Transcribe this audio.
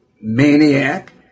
maniac